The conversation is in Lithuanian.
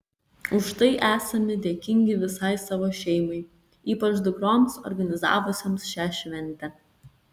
už tai esami dėkingi visai savo šeimai ypač dukroms organizavusioms šią šventę